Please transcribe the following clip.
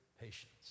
patience